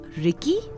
Ricky